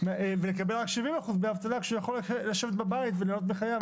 ולקבל רק 70% דמי אבטלה כאשר הוא יכול לשבת בבית וליהנות מחייו,